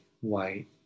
white